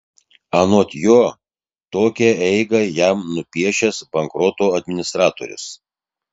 anot jo tokią eigą jam nupiešęs bankroto administratorius